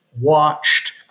watched